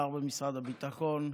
שר במשרד הביטחון,